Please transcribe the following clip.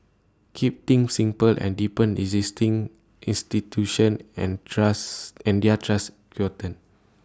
keep things simple and deepen existing institutions and trust and their trust quotient